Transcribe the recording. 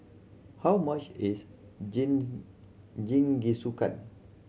how much is Jingisukan